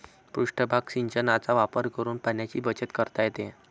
पृष्ठभाग सिंचनाचा वापर करून पाण्याची बचत करता येते